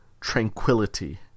tranquility